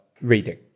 reading